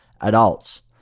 adults